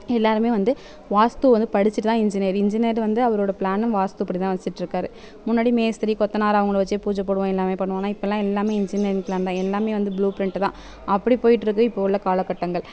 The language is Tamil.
எல்லாேருமே வந்து வாஸ்து வந்து படிச்சுட்டுதான் இன்ஜினியர் இன்ஜினியர் வந்து அவரோட பிளானை வாஸ்து படிதான் வச்சுட்ருக்காரு முன்னாடி மேஸ்திரி கொத்தனார் அவங்கள வச்சு பூஜை போடுவோம் எல்லாமே பண்ணுவோம் ஆனால் இப்பெலாம் எல்லாமே இன்ஜினியர் பிளான் தான் எல்லாமே வந்து புளூ பிரிண்டு தான் அப்படி போய்கிட்ருக்கு இப்போ உள்ள காலக்கட்டங்கள்